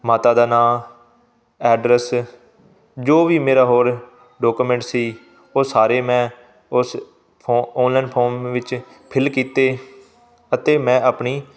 ਮਾਤਾ ਦਾ ਨਾਂ ਐਡਰੈਸ ਜੋ ਵੀ ਮੇਰਾ ਹੋਰ ਡੌਕੂਮੈਂਟ ਸੀ ਉਹ ਸਾਰੇ ਮੈਂ ਉਸ ਫੋ ਓਨਲਾਇਨ ਫੋਮ ਵਿੱਚ ਫਿਲ ਕੀਤੇ ਅਤੇ ਮੈਂ ਆਪਣੀ